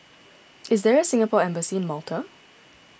is there a Singapore Embassy in Malta